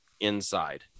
inside